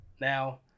Now